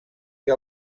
que